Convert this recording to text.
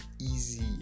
easy